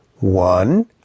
One